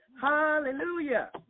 Hallelujah